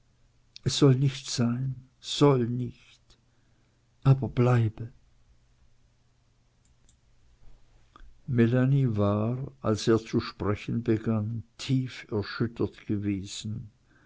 es soll nichts sein soll nicht aber bleibe melanie war als er zu sprechen begann tief erschüttert gewesen